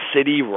City